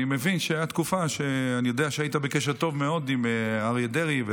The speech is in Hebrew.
אני מבין שהייתה תקופה שאני יודע שהיית בקשר טוב מאוד עם אריה דרעי,